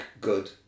good